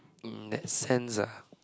in that sense lah